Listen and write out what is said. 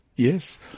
Yes